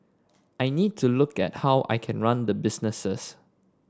I need to look at how I can run the businesses